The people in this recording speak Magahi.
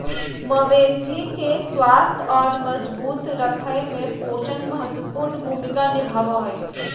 मवेशी के स्वस्थ और मजबूत रखय में पोषण महत्वपूर्ण भूमिका निभाबो हइ